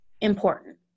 important